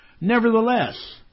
Nevertheless